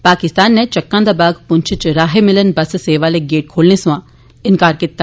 पाकिस्तान नै चक्का दा बाग पुंछ च राहे मिलन बस सेवा आले गेट खोलने समां इंकार कीता